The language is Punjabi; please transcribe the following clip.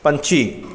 ਪੰਛੀ